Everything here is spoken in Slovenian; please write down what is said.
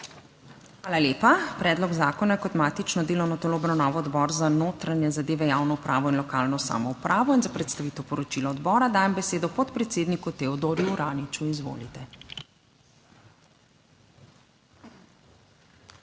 Hvala lepa. Predlog zakona je kot matično delovno telo obravnaval Odbor za notranje zadeve, javno upravo in lokalno samoupravo in za predstavitev poročila odbora dajem besedo predsednici kolegici Tereziji Novak. Izvolite.